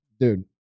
Dude